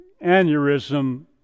aneurysm